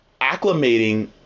acclimating